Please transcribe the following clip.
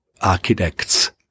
architects